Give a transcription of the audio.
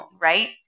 right